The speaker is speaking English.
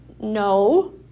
No